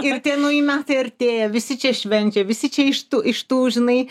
ir tie nauji metai artėja visi čia švenčia visi čia iš tų iš tų žinai